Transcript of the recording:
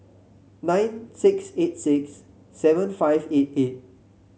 nine six eight six seven five eight eight